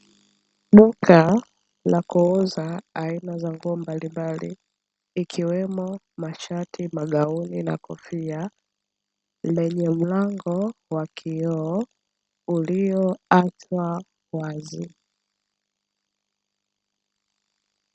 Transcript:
Duka la kuuza aina za nguo mbalimbali ikiwemo mashati, magauni na kofia lenye mlango wa kioo ulioachwa wazi.